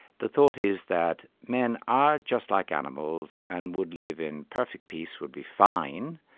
the thought is that men are just like animals and would live in perfect peace, would be fine,